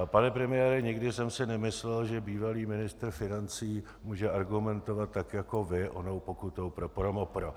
Pane premiére, nikdy jsem si nemyslel, že bývalý ministr financí může argumentovat tak jako vy onou pokutou pro ProMoPro.